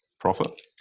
Profit